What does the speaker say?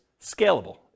scalable